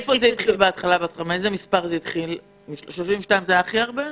32 שעות זה היה הכי הרבה?